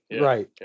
Right